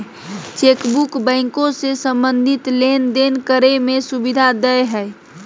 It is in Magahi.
चेकबुक बैंको से संबंधित लेनदेन करे में सुविधा देय हइ